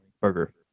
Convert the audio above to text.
burger